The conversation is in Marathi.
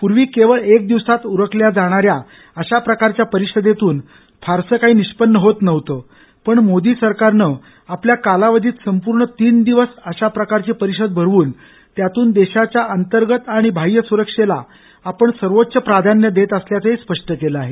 पूर्वी केवळ एक दिवसांत उरकल्या जाणाऱ्या अशा परिषदेतृन फारसं काही निष्पन्न होत नव्हत पण मोदी सरकारन आपल्या कालावधीत संपूर्ण तीन दिवस अशा प्रकारची परिषद भरवून त्यातून देशाच्या अंतर्गत आणि बाह्य सुरक्षेला आपण सर्वोच्च प्राधान्य देत असल्याचं स्पष्ट केलं आहे